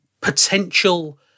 potential